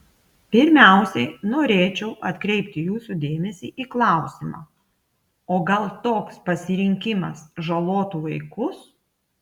pirmiausiai norėčiau atkreipti jūsų dėmesį į klausimą o gal toks pasirinkimas žalotų vaikus